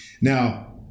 Now